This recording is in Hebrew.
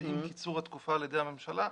ועם קיצור התקופה על ידי הממשלה,